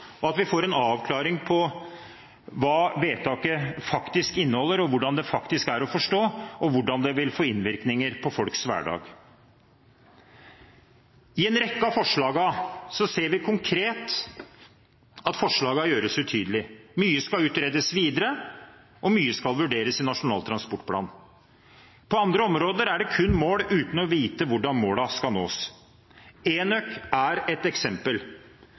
og at vi får en avklaring på hva vedtaket faktisk inneholder, hvordan det faktisk er å forstå, og hvordan det vil få innvirkninger på folks hverdag. I en rekke av forslagene ser vi konkret at forslagene gjøres utydelig. Mye skal utredes videre, og mye skal vurderes i Nasjonal transportplan. På andre områder er det kun mål, uten å vite hvordan målene skal nås. Enøk er et eksempel.